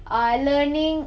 uh learning